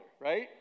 right